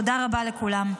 תודה רבה לכולם.